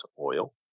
oil